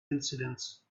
incidents